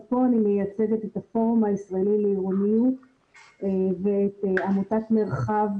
פה אני מייצגת את הפורום הישראלי לעירוניות ואת עמותת "מרחב",